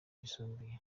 yisumbuye